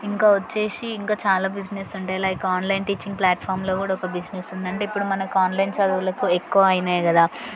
ఇంకా వచ్చి ఇంకా చాలా బిజినెస్ ఉంటాయి లైక్ ఆన్లైన్ టీచింగ్ ప్లాట్ఫామ్లో కూడా ఒక బిజినెస్ ఉంది అంటే ఇప్పుడు మనకు ఆన్లైన్ చదువులకు ఎక్కువ అయినాయి కదా